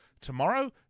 tomorrow